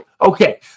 Okay